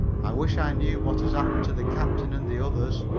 i wish i knew what has happened to the captain and the others.